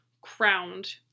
crowned